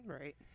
Right